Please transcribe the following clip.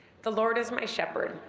the lord is my shepard.